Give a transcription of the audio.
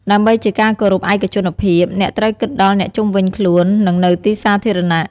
ដើម្បីជាការគោរពឯកជនភាព អ្នកត្រូវគិតដល់អ្នកជុំវិញខ្លួន និងនៅទីសាធារណៈ។